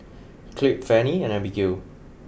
Clabe Fannie and Abigale